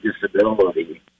disability